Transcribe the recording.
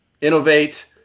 innovate